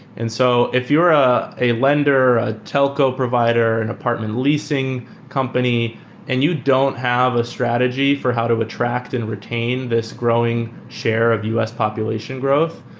and so if you are a a lender, a telco provider, an apartment leasing company and you don't have a strategy for how to attract and retain this growing share of us population growth,